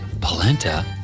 polenta